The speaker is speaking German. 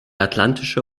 atlantische